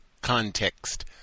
Context